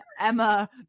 Emma